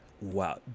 wow